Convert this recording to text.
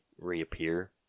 reappear